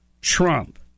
Trump